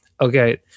okay